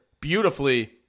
beautifully